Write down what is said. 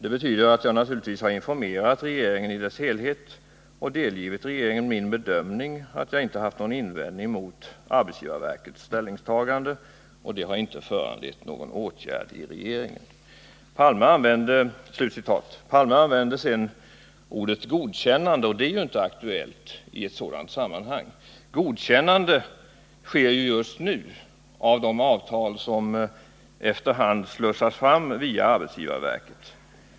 Det betyder att jag naturligtvis har informerat regeringen i dess helhet och delgivit regeringen min bedömning, att jag icke haft någon invändning mot SAV:s ställningstagande, och det har inte föranlett någon åtgärd i regeringen.” Olof Palme använder ordet godkännande, och det var inte aktuellt i ett sådant sammanhang. Godkännande sker just nu av de avtal som efter hand slussas fram via arbetsgivarverket.